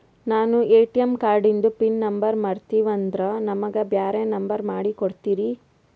ನಾನು ಎ.ಟಿ.ಎಂ ಕಾರ್ಡಿಂದು pin number ಮರತೀವಂದ್ರ ನಮಗ ಬ್ಯಾರೆ ನಂಬರ್ ಮಾಡಿ ಕೊಡ್ತೀರಿ?